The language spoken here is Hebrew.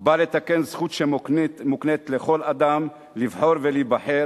בא לתקן זכות שמוקנית לכל אדם לבחור ולהיבחר,